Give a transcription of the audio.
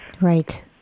Right